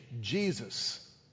Jesus